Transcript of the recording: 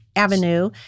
Avenue